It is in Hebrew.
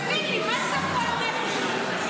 תגיד לי, מה זה הגועל נפש הזה?